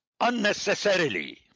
unnecessarily